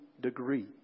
degree